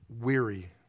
weary